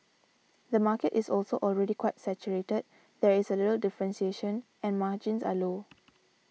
the market is also already quite saturated there is a little differentiation and margins are low